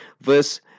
verse